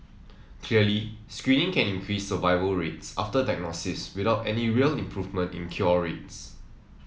clearly screening can increase survival rates after diagnosis without any real improvement in cure rates